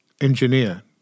engineer